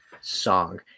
song